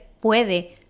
puede